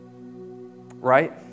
Right